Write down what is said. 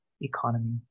economy